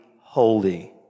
Holy